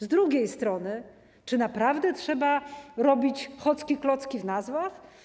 Z drugiej strony czy naprawdę trzeba robić hocki-klocki w nazwach?